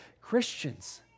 Christians